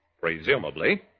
Presumably